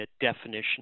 definition